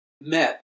met